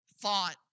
thought